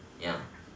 ya